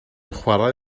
chwarae